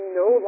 no